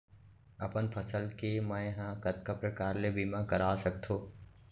अपन फसल के मै ह कतका प्रकार ले बीमा करा सकथो?